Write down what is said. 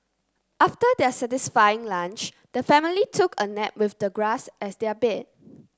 after their satisfying lunch the family took a nap with the grass as their bed